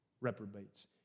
reprobates